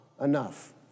enough